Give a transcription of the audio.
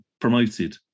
promoted